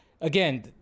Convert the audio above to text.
again